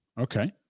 okay